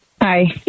Hi